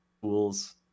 tools